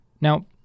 Now